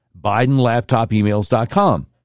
bidenlaptopemails.com